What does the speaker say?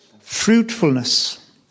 fruitfulness